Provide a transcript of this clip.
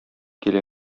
килә